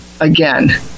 again